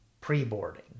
pre-boarding